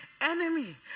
enemy